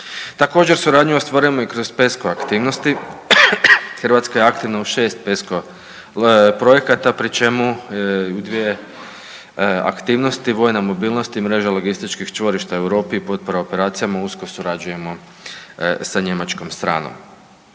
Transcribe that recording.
Također, suradnju ostvarujemo i kroz PESCO aktivnosti, Hrvatska je aktivna u 6 PESCO projekata, pri čemu u dvije aktivnosti vojna mobilnost i mreža logističkih čvorišta u Europi i potpora operacijama, usko surađujemo sa njemačkom stranom.